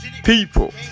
people